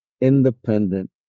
independent